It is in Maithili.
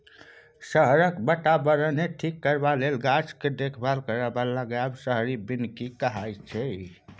शहरक बाताबरणकेँ ठीक करबाक लेल गाछ केर देखभाल करब आ लगाएब शहरी बनिकी कहाइ छै